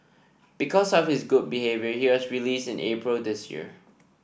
because of his good behaviour he was released in April this year